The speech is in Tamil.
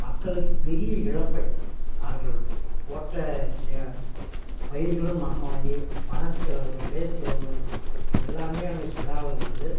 மக்களுக்கு பெரிய இழப்பை அவர்கள் போட்ட சே பயிர்களும் நாசமாகி பணச்செலவு விரயச்செலவு எல்லாமே அவங்க செலவாகும்பொழுது